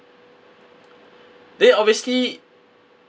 then obviously